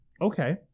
Okay